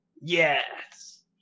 yes